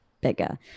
bigger